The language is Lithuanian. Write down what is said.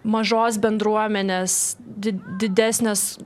mažos bendruomenės di didesnės